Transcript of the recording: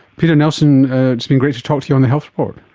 peter nelson, it's been great to talk to you on the health report.